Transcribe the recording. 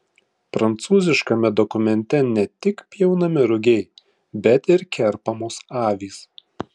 prancūziškame dokumente ne tik pjaunami rugiai bet ir kerpamos avys